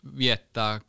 viettää